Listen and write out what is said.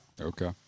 okay